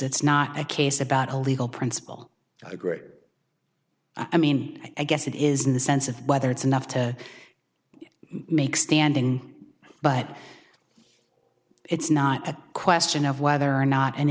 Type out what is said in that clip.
it's not a case about a legal principle a great i mean i guess it is in the sense of whether it's enough to it makes standing but it's not a question of whether or not an